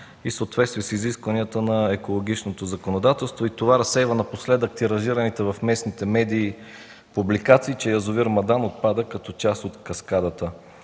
и съответствие с изискванията на екологичното законодателство. Това разсейва тиражираните напоследък в местните медии публикации, че язовир „Мадан” отпада като част от каскадата.